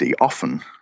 often